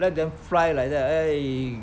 let them fly like that eh